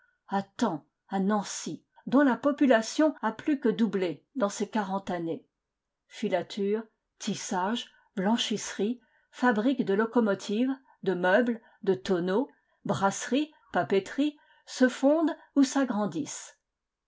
à thaon à nancy dont la population a plus que doublé dans ces quarante années filatures tissages blanchisseries fabriques de locomotives de meubles de tonneaux brasseries papeteries se fondent ou s'agrandissent